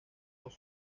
los